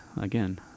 again